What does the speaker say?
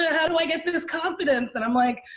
ah how do i get this confidence? and i'm like,